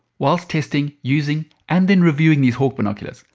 whilst testing, using and then reviewing these hawke binoculars,